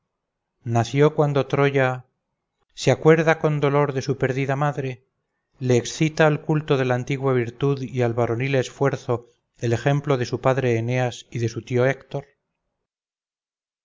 nació cuando troya se acuerda con dolor de su perdida madre le excita al culto de la antigua virtud y al varonil esfuerzo el ejemplo de su padre eneas y de su tío héctor